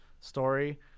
story